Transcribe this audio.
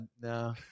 No